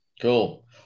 cool